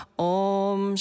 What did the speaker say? om